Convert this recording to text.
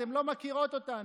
אתן לא מכירות אותנו,